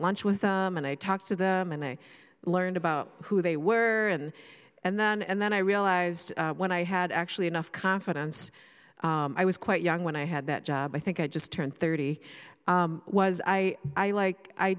lunch with him and i talked to them and i learned about who they were and then and then i realized when i had actually enough confidence i was quite young when i had that job i think i just turned thirty was i i like i